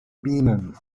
bienen